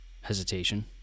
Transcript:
hesitation